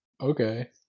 Okay